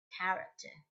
character